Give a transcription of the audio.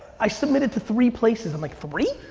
i submitted to three places. i'm like, three?